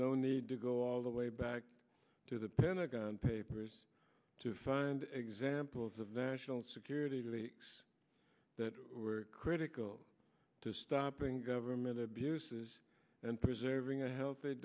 no need to go all the way back to the pentagon papers to find examples of national security leaks that critical to stopping government abuses and preserving a healthy